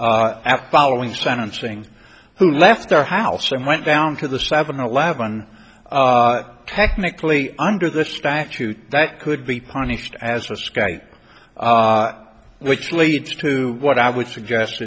following sentencing who left our house and went down to the seven eleven technically under the statute that could be punished as was sky which leads to what i would suggest